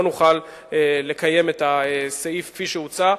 לא נוכל לקיים את הסעיף כפי שהוצע.